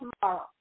tomorrow